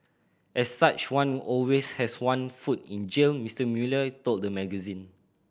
as such one always has one foot in jail Mister Mueller told the magazine